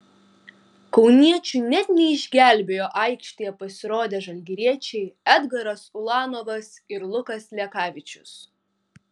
kauniečių net neišgelbėjo aikštėje pasirodę žalgiriečiai edgaras ulanovas ir lukas lekavičius